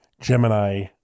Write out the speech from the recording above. Gemini